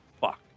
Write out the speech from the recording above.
Fuck